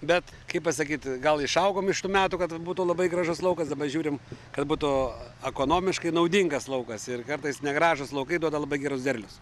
bet kai pasakyti gal išaugom iš tų metų kad būtų labai gražus laukas dabar žiūrim kad būtų ekonomiškai naudingas laukas ir kartais negražūs laukai duoda labai gerus derlius